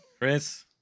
Chris